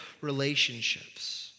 relationships